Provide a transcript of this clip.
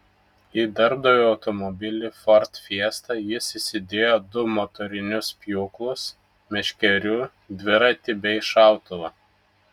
į darbdavio automobilį ford fiesta jis įsidėjo du motorinius pjūklus meškerių dviratį bei šautuvą